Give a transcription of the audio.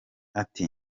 ati